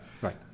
right